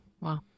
wow